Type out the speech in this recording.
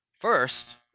First